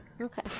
okay